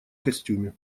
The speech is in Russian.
костюме